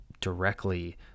directly